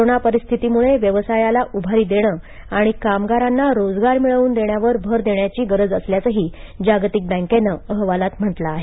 corona परिस्थितीमुळे व्यवसायाला उभारी देणं आणि कामगारांना रोजगार मिळवून देण्यावर भर देण्याची गरज असल्याचंही जागतिक बँकेनं अहवालांत म्हटलं आहे